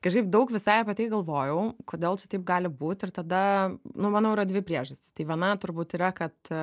kažkaip daug visai apie tai galvojau kodėl čia taip gali būt ir tada nu manau yra dvi priežastys tai viena turbūt yra kad